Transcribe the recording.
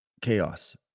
chaos